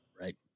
right